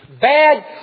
bad